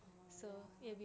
orh ya